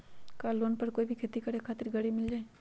का लोन पर कोई भी खेती करें खातिर गरी मिल जाइ?